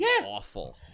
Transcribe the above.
awful